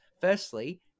Firstly